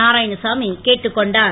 நாராயணசாமி கேட்டுக் கொண்டார்